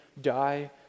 die